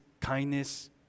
kindness